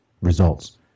results